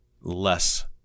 less